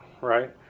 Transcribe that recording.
right